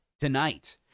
Tonight